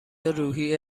روحی